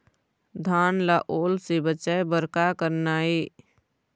धान ला ओल से बचाए बर का करना ये?